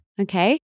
okay